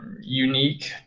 unique